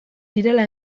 direla